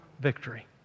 victory